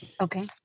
Okay